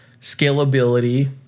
scalability